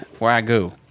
wagyu